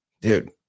Dude